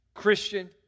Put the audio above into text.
Christian